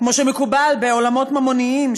כמו שמקובל בעולמות ממוניים,